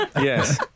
Yes